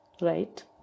right